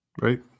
Right